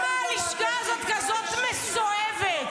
חבר הכנסת דנינו, זה מפריע.